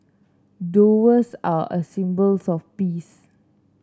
doves are a symbols of peace